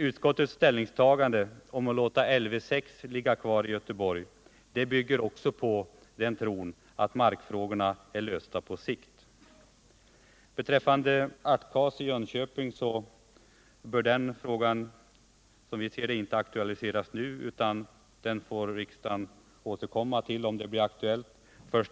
Utskottets ställningstagande att låta Lv 6 ligga kvar i Göteborg bygger på tron att markfrågorna är lösta på sikt. Frågan om artilleriets kadettoch aspirantskola i Jönköping bör, som vi ser det, inte aktualiseras nu utan den får riksdagen återkomma till, och det blir aktuellt